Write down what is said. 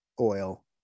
oil